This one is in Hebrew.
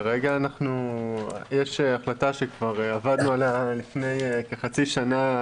כרגע יש החלטה שכבר עבדנו עליה לפני כחצי שנה,